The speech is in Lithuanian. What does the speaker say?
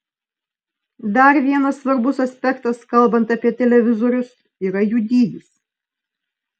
dar vienas svarbus aspektas kalbant apie televizorius yra jų dydis